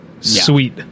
sweet